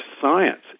science